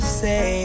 say